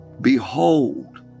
behold